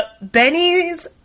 Benny's